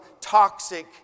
toxic